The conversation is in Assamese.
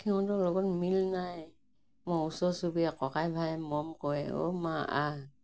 সিহঁতৰ লগত মিল নাই মই ওচৰ চুবুৰীয়া ককাই ভায়ে মৰম কৰে অ' মা আহ